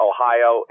Ohio